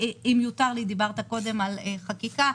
דיברת קודם על חקיקה.